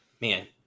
man